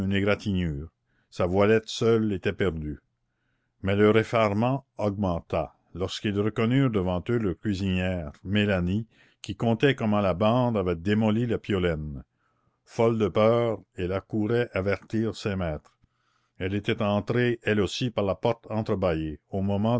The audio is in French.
égratignure sa voilette seule était perdue mais leur effarement augmenta lorsqu'ils reconnurent devant eux leur cuisinière mélanie qui contait comment la bande avait démoli la piolaine folle de peur elle accourait avertir ses maîtres elle était entrée elle aussi par la porte entrebâillée au moment